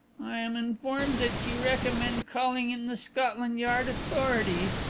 i am informed that you recommend calling in the scotland yard authorities.